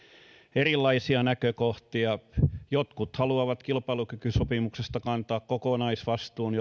erilaisia näkökohtia jotkut haluavat kilpailukykysopimuksesta kantaa kokonaisvastuun